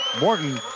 Morton